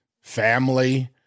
family